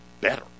better